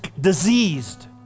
diseased